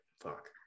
Fuck